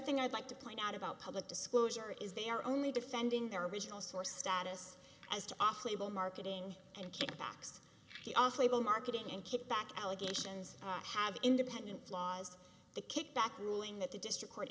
thing i'd like to point out about public disclosure is they are only defending their original source status as to off label marketing and kickbacks off label marketing and kickback allegations that have independent flaws the kickback ruling that the district court